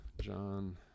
John